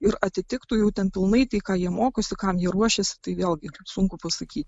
ir atitiktų jau ten pilnai tai ką jie mokosi kam jie ruošėsi tai vėlgi sunku pasakyti